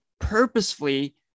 purposefully